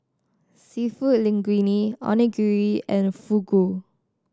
Seafood Linguine Onigiri and Fugu